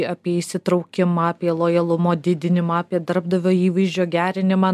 apie įsitraukimą apie lojalumo didinimą apie darbdavio įvaizdžio gerinimą